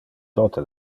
tote